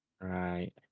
Right